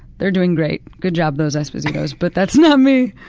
they're doing great. good job, those espositos, but that's not me.